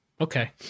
Okay